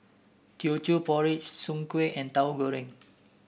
Teochew Porridge Soon Kway and Tahu Goreng